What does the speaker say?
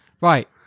Right